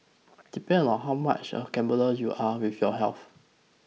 depends on how much of a gambler you are with your health